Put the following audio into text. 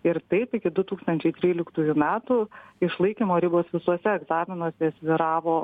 ir taip iki du tūkstančiai tryliktųjų metų išlaikymo ribos visuose egzaminuose svyravo